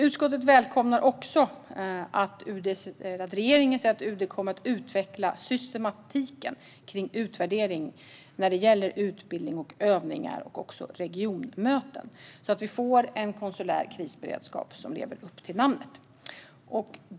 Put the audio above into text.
Utskottet välkomnar också att regeringen säger att UD kommer att utveckla systematiken kring utvärdering när det gäller utbildning, övningar och även regionmöten så att vi får en konsulär krisberedskap som lever upp till namnet.